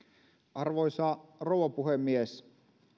arvoisa rouva puhemies